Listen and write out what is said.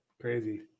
crazy